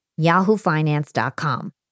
yahoofinance.com